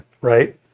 right